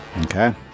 Okay